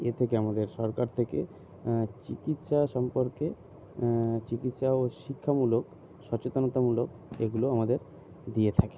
এ থেকে আমাদের সরকার থেকে চিকিৎসা সম্পর্কে চিকিৎসা ও শিক্ষামূলক সচেতনতামূলক এগুলো আমাদের দিয়ে থাকে